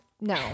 No